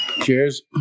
Cheers